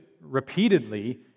repeatedly